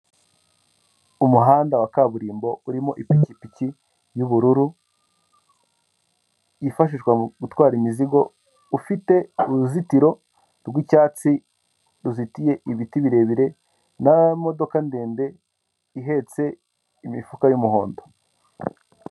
Umuhanda wa kaburimbo urimo ipikipiki y'ubururu, yifashishwa mu gutwara imizigo, .fite uruzitiro rwUicyatsi ruzitiye ibiti birebire, na modoka ndende ihetse imifuka y'umuhondo.